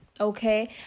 Okay